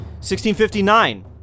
1659